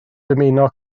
dymuno